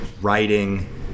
writing